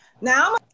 Now